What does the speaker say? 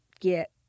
get